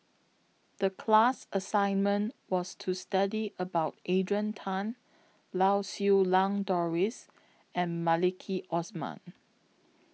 The class assignment was to study about Adrian Tan Lau Siew Lang Doris and Maliki Osman